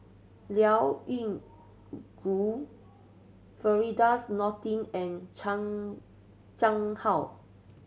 Liao Yingru Firdaus Nordin and Chan Chang How